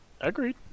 agreed